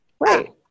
right